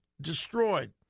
destroyed